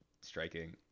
striking